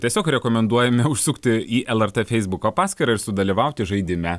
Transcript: tiesiog rekomenduojame užsukti į lrt feisbuko paskyrą ir sudalyvauti žaidime